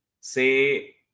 say